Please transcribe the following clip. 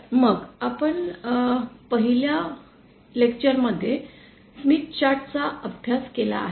तर मग आपण पहिल्या लेक्चरमध्ये स्मिथ चार्ट चा अभ्यास केला आहे